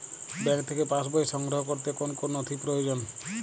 Bank থেকে pass বই সংগ্রহ করতে কোন কোন নথি প্রয়োজন?